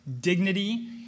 dignity